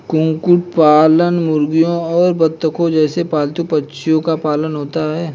कुक्कुट पालन मुर्गियों और बत्तखों जैसे पालतू पक्षियों का पालन होता है